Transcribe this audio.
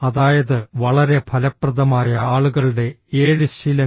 അതായത് വളരെ ഫലപ്രദമായ ആളുകളുടെ ഏഴ് ശീലങ്ങൾ